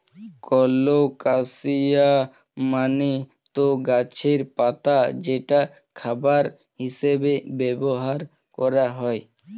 colocasia মানে তো গাছের পাতা যেটা খাবার হিসেবে ব্যবহার করা হয়